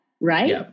right